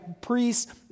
priests